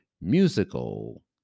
musical